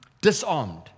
disarmed